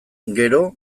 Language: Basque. gero